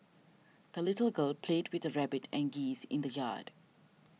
the little girl played with her rabbit and geese in the yard